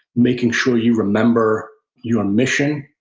making sure you remember your mission,